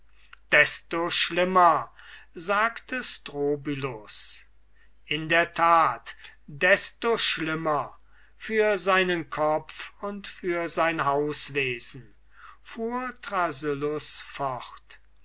desto schlimmer sagte strobylus in der tat desto schlimmer für seinen kopf und für sein hauswesen fuhr thrasyllus fort